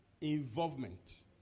involvement